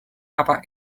aber